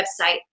website